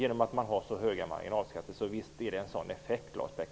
Visst blir det en sådan effekt, Lars